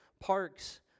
parks